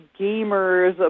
gamers